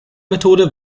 methode